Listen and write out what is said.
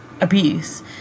abuse